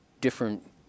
different